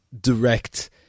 direct